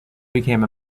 became